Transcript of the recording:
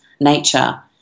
nature